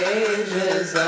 ages